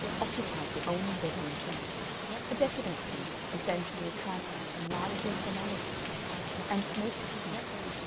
occupied the only bed-room chair a decadent piece, essentially a tripod and largely a formality and smoked cigarettes,